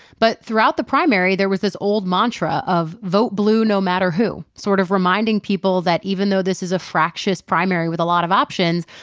but throughout the primary, there was this old mantra of vote blue no matter who, sort of reminding people that, even though this is a fractious primary with a lot of options,